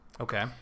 Okay